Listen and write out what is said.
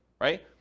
right